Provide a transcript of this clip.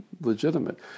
legitimate